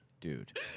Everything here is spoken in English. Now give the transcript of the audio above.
dude